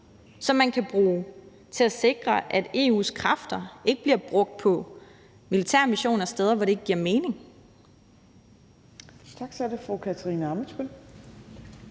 som man kan bruge til at sikre, at EU's kræfter ikke bliver brugt på militære missioner steder, hvor det ikke giver mening.